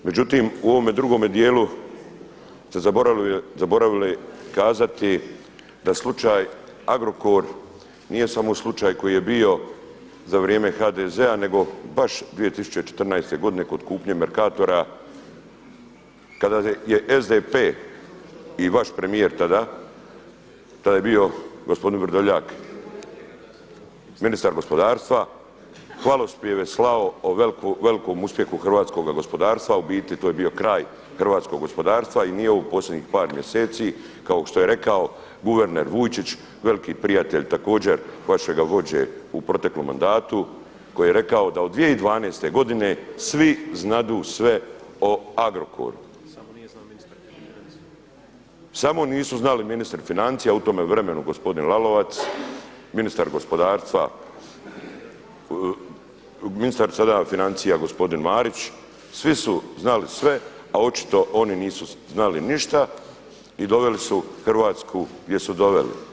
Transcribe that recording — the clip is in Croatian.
Međutim, u ovome drugome dijelu ste zaboravili kazati da slučaj Agrokor nije samo slučaj koji je bio za vrijeme HDZ-a nego baš 2014. godine kod kupnje Merkatora kada je SDP i vaš premijer tada, tada je bio gospodin Vrdoljak ministar gospodarstva, hvalospjeve slao o velikom uspjehu hrvatskoga gospodarstva, u biti to je bio kraj hrvatskog gospodarstva i … u posljednjih par mjeseci kao što je rekao veliki prijatelj također vašega vođe u proteklom mandatu koji je rekao da od 2012. godine svi znadu sve o Agrokoru samo nisu znali ministri financija u tome vremenu gospodin Lalovac, ministar gospodarstva, ministar sada financija gospodin Marić, svi su znali sve a očito oni nisu znali ništa i doveli su Hrvatsku gdje su doveli.